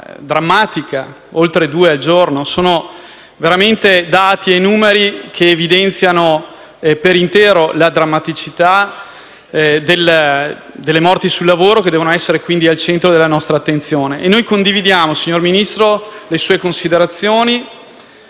drammatica pari a oltre due al giorno. Sono veramente dati e numeri che evidenziano per intero la drammaticità delle morti sul lavoro, che devono quindi essere al centro della nostra attenzione. Noi condividiamo, signor Ministro, le sue considerazioni